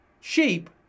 sheep